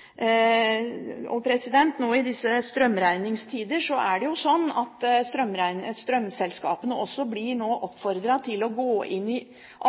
jo slik at strømselskapene også blir oppfordret til å gå inn i